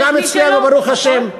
גם אצלנו, ברוך השם.